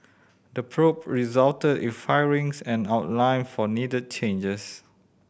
the probe resulted in firings and outline for needed changes